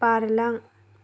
बारलां